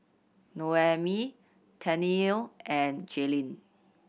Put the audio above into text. Noemi Tennille and Jaylyn